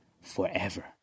forever